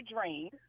drained